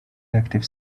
active